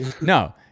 No